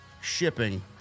shipping